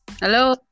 hello